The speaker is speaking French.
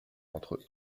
entre